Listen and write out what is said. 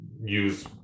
use